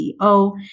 CEO